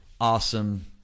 awesome